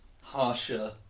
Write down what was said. harsher